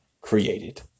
created